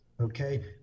okay